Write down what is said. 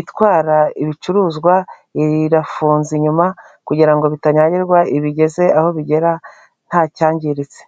itwara ibicuruzwa irirafunze inyuma kugira ngo bitanyagirwa ibigeze aho bigera nta cyanyangiritse.